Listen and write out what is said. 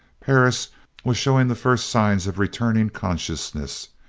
perris was showing the first signs of returning consciousness,